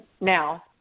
now